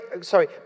sorry